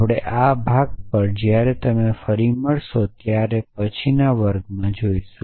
આપણે આ ભાગ પર જ્યારે તમે ફરી મળશો ત્યારે પછીના વર્ગમાં જોઈશું